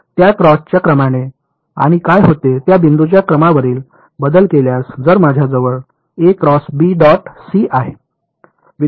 तर मी त्या क्रॉसच्या क्रमाने आणि काय होते त्या बिंदूच्या क्रमवारीत बदल केल्यास जर माझ्याजवळ आहे